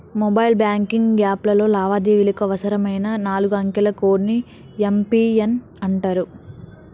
mobile banking యాప్లో లావాదేవీలకు అవసరమైన నాలుగు అంకెల కోడ్ ని యం.పి.ఎన్ అంటరు